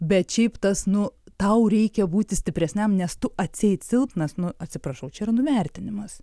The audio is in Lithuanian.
bet šiaip tas nu tau reikia būti stipresniam nes tu atseit silpnas nu atsiprašau čia yra nuvertinimas